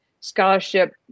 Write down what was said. scholarship